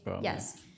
Yes